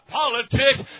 politics